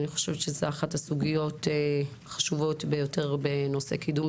זאת אחת הסוגיות החשובות ביותר בנושא קידום